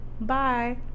Bye